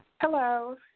Hello